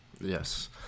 Yes